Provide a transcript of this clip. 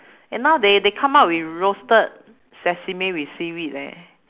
and now they they come up with roasted sesame with seaweed leh